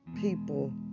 people